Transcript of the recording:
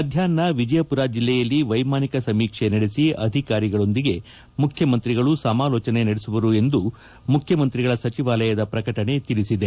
ಮಧ್ಯಾಷ್ನ ವಿಜಯಪುರ ಜಿಲ್ಲೆಯಲ್ಲಿ ವೈಮಾನಿಕ ಸಮೀಕ್ಷೆ ನಡೆಸಿ ಅಧಿಕಾರಿಗಳೊಂದಿಗೆ ಸಮಾಲೋಚನೆ ನಡೆಸುವರು ಎಂದು ಮುಖ್ಯಮಂತ್ರಿ ಸಚಿವಾಲಯದ ಪ್ರಕಟಣೆ ತಿಳಿಸಿದೆ